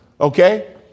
Okay